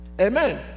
Amen